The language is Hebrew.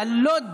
א-לד,